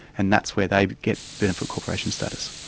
and that's where they get benefit corporation status.